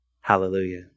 Hallelujah